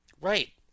Right